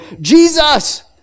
Jesus